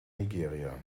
nigeria